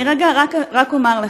איך יכול להיות, כי, אני רגע רק אומר לך.